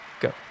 Go